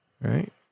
right